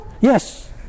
Yes